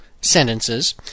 sentences